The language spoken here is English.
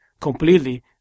completely